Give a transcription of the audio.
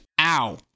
Ow